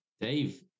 Dave